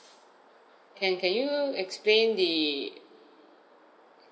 can can you explain the